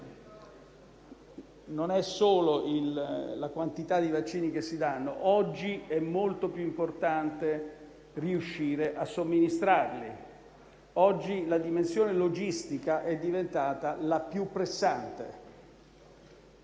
non è solo la quantità di vaccini che si danno; oggi è molto più importante riuscire a somministrarli. Oggi la dimensione logistica è diventata la più pressante,